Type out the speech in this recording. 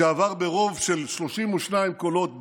שעבר ברוב של 32 קולות בלבד,